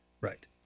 Right